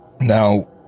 Now